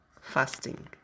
fasting